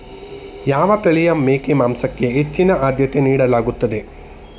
ಯಾವ ತಳಿಯ ಮೇಕೆ ಮಾಂಸಕ್ಕೆ ಹೆಚ್ಚಿನ ಆದ್ಯತೆ ನೀಡಲಾಗುತ್ತದೆ?